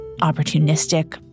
Opportunistic